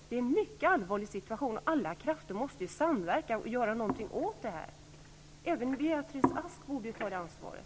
Det är en mycket allvarlig situation, och alla krafter måste samverka för att göra någonting åt den. Även Beatrice Ask borde ta det ansvaret.